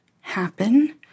happen